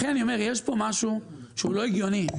לכן אני אומר שיש פה משהו לא הגיוני.